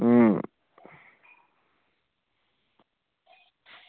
अं